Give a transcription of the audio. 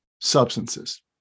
substances